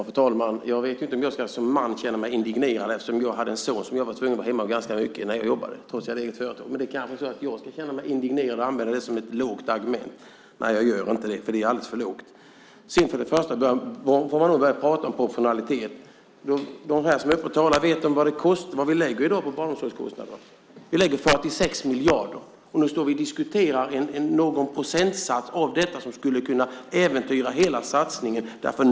Fru talman! Jag vet inte om jag ska känna mig indignerad eftersom jag hade en son som jag var tvungen att vara hemma ganska mycket med när jag jobbade, trots att jag hade eget företag. Det kanske är så att jag ska känna mig indignerad och använda det som ett lågt argument. Nej, jag gör inte det, för det är alldeles för lågt. Det handlar om proportionalitet. De som är uppe och talar, vet de vad det kostar, vad vi lägger i dag på barnomsorgskostnader? Vi lägger 46 miljarder. Nu står vi och diskuterar en summa som är någon procent av detta, men som tydligen skulle kunna äventyra hela satsningen.